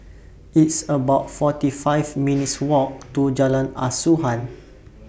It's about forty five minutes' Walk to Jalan Asuhan